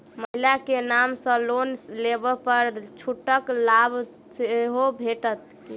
महिला केँ नाम सँ लोन लेबऽ पर छुटक लाभ सेहो भेटत की?